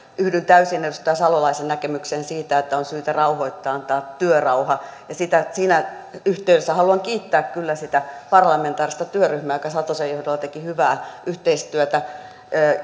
yhdyn täysin edustaja salolaisen näkemykseen siitä että on syytä rauhoittaa antaa työrauha siinä yhteydessä haluan kiittää kyllä sitä parlamentaarista työryhmää joka satosen johdolla teki hyvää yhteistyötä